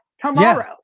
tomorrow